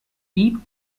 peep